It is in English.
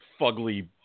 fugly